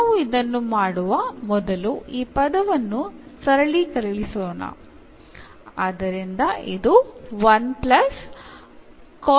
ನಾವು ಇದನ್ನು ಮಾಡುವ ಮೊದಲು ಈ ಪದವನ್ನು ಸರಳೀಕರಿಸೋಣ